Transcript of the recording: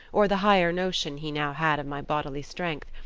or the higher notion he now had of my bodily strength,